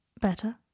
Better